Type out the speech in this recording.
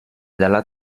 dalla